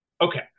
Okay